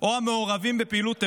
או המעורבים בפעילות טרור,